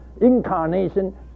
incarnation